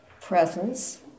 presence